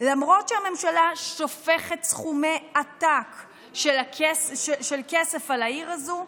למרות שהממשלה שופכת סכומי עתק של כסף על העיר הזו,